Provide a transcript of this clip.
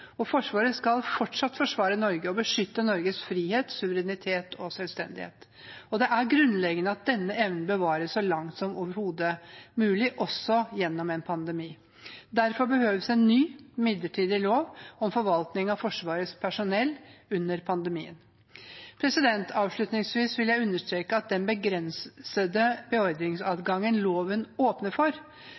Forsvaret skal fortsatt forsvare Norge og beskytte Norges frihet, suverenitet og selvstendighet. Det er grunnleggende at denne evnen bevares så langt som overhodet mulig, også gjennom en pandemi. Derfor behøves en ny, midlertidig lov om forvaltning av Forsvarets personell under pandemien. Avslutningsvis vil jeg understreke at den begrensede beordringsadgangen loven åpner for,